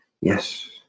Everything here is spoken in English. yes